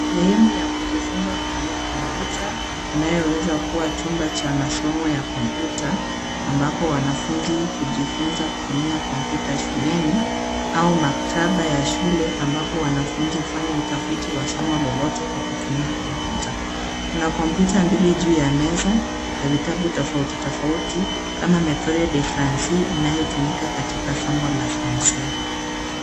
Sehemu ya kujifunza kutumia kompiuta inayoweza kuwa chumba cha masomo ya kompiuta ambapo wanafunzi hujifunza kutumia kompiuta shuleni au maktaba ya shule ambapo wanafunzi hufanya utafiti wa somo lolote kwa kutumia kompiuta. Kuna kompiuta mbili juu ya meza na vitabu tofauti tofauti kama Methode De Francais inayotumika katika somo la Fransia.